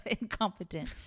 incompetent